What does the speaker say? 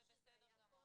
זה בסדר גמור.